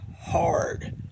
hard